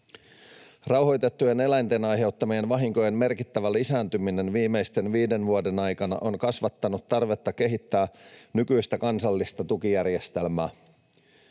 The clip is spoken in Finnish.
Rauhoitettujen eläinten aiheuttamien vahinkojen merkittävä lisääntyminen viimeisten viiden vuoden aikana on kasvattanut tarvetta kehittää nykyistä kansallista tukijärjestelmää.